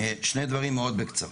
שני דברים מאוד בקצרה.